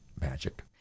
magic